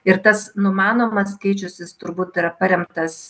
ir tas numanomas skaičius jis turbūt yra paremtas